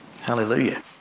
hallelujah